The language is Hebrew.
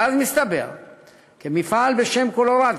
ואז מסתבר שבמפעל בשם "קולורדו"